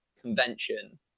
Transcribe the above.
convention